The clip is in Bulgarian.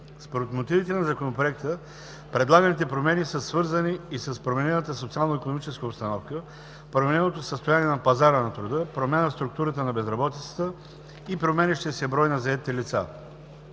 Според мотивите на Законопроекта предлаганите промени са свързани и с променената социално-икономическа обстановка, промененото състояние на пазара на труда, промяна в структурата на безработицата и променящия се брой на заетите лица.